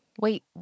wait